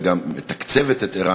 וגם מתקצבת אותה.